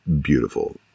beautiful